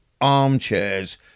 arm-chairs